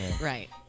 Right